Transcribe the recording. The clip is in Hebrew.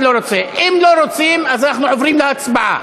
אם לא רוצים, אז אנחנו עוברים להצבעה.